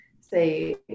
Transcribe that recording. say